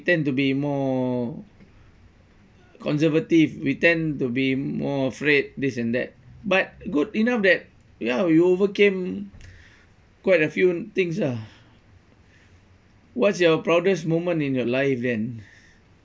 tend to be more conservative we tend to be more afraid this and that but good enough that ya we overcame quite a few things ah what's your proudest moment in your life then